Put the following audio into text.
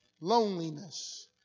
loneliness